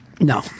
No